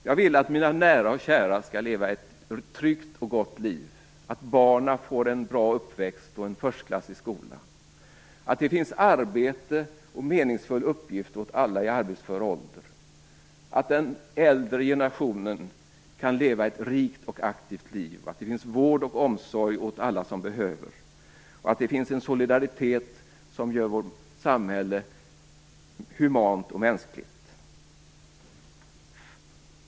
Jag vill att mina nära och kära skall leva ett tryggt och gott liv, att barnen får en bra uppväxt och en förstklassig skola, att det finns arbete och meningsfulla uppgifter åt alla i arbetsför ålder, att den äldre generationen kan leva ett rikt och aktivt liv, att det finns vård och omsorg åt alla som behöver och att det finns en solidaritet som gör vårt samhälle humant och mänskligt.